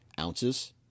ounces